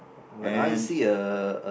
and